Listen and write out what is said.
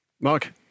Mark